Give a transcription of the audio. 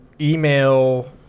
email